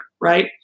Right